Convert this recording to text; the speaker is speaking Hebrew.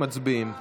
מצביעים.